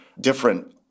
different